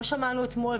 לא שמענו אתמול,